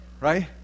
right